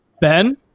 Ben